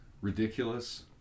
ridiculous